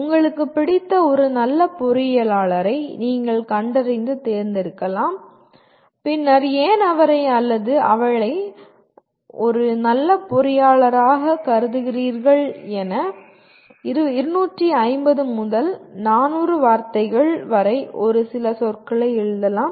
உங்களுக்கு பிடித்த நல்ல பொறியியலாளரை நீங்கள் கண்டறிந்து தேர்ந்தெடுக்கலாம் பின்னர் ஏன் அவரை அல்லது அவளை ஒரு நல்ல பொறியாளராக கருதுகிறீர்கள் என 250 முதல் 400 வார்த்தைகள் வரை ஒரு சில சொற்களை எழுதலாம்